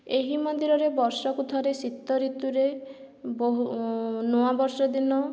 ଏହି ମନ୍ଦିରରେ ବର୍ଷକୁ ଥରେ ଶୀତଋତୁରେ ବହୁ ନୂଆବର୍ଷ ଦିନ